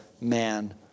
man